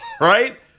Right